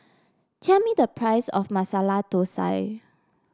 tell me the price of Masala Thosai